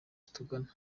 batugana